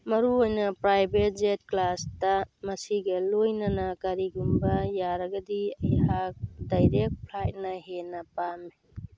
ꯃꯔꯨꯑꯣꯏꯅ private jet ꯀ꯭ꯂꯥꯁꯇ ꯃꯁꯤꯒ ꯂꯣꯏꯅꯅ ꯀꯔꯤꯒꯨꯝꯕ ꯌꯥꯔꯒꯗꯤ ꯑꯩꯍꯥꯛ ꯗꯥꯏꯔꯦꯛ ꯐ꯭ꯂꯥꯏꯠꯅ ꯍꯦꯟꯅ ꯄꯥꯝꯃꯤ